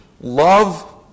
love